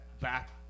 back